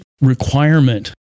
requirement